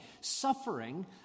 Suffering